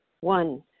One